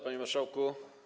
Panie Marszałku!